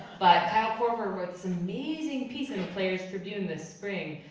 but kyle korver wrote this amazing piece in the players' tribune this spring,